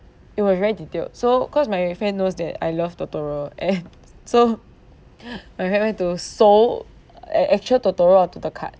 it was very detailed so cause my friend knows that I love totoro and so I mean having to sew an actual totoro onto the card